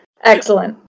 Excellent